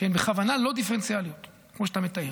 שהן בכוונה לא דיפרנציאליות, כמו שאתה מתאר.